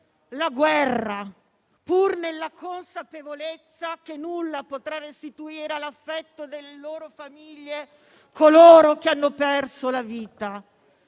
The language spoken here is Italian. la guerra, pur nella consapevolezza che nulla potrà restituire all'affetto delle loro famiglie coloro che hanno perso la vita.